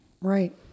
Right